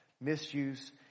Misuse